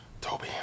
Toby